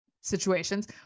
situations